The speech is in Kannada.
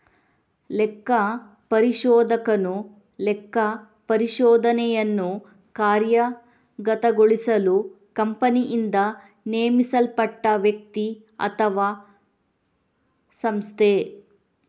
ಲೆಕ್ಕಪರಿಶೋಧಕನು ಲೆಕ್ಕಪರಿಶೋಧನೆಯನ್ನು ಕಾರ್ಯಗತಗೊಳಿಸಲು ಕಂಪನಿಯಿಂದ ನೇಮಿಸಲ್ಪಟ್ಟ ವ್ಯಕ್ತಿ ಅಥವಾಸಂಸ್ಥೆ